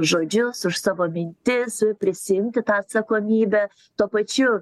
žodžius už savo mintis prisiimti tą atsakomybę tuo pačiu